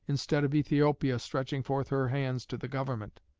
instead of ethiopia stretching forth her hands to the government